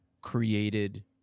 created